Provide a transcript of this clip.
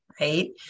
right